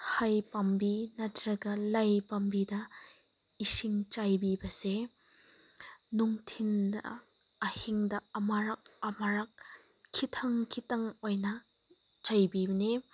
ꯍꯩ ꯄꯥꯝꯕꯤ ꯅꯠꯇ꯭ꯔꯒ ꯂꯩ ꯄꯥꯝꯕꯤꯗ ꯏꯁꯤꯡ ꯆꯥꯏꯕꯤꯕꯁꯦ ꯅꯨꯡꯊꯤꯟꯗ ꯑꯍꯤꯡꯗ ꯑꯃꯨꯔꯛ ꯈꯤꯇꯪ ꯈꯤꯇꯪ ꯑꯣꯏꯅ ꯆꯥꯏꯕꯤꯕꯅꯦ